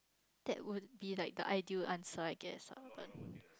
that would be like the ideal answer I guess but